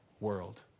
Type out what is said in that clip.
world